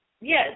Yes